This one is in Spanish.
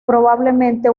probablemente